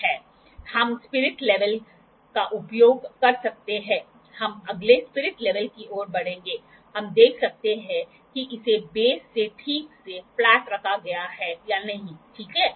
हम spirit level का उपयोग कर सकते हैं हम अगले स्पिरिट लेवल की ओर बढ़ेंगे हम देख सकते हैं कि इसे बेस से ठीक से फ्लैट रखा गया है या नहीं ठीक है